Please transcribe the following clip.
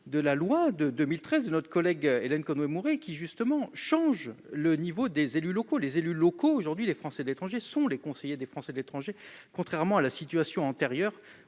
de la loi de 2013, notre collègue Hélène Conway Mouret qui justement change le niveau des élus locaux, les élus locaux, aujourd'hui les Français de l'étranger sont les conseillers des Français de l'étranger, contrairement à la situation antérieure,